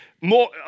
more